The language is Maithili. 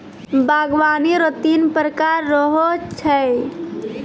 बागवानी रो तीन प्रकार रो हो छै